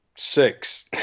Six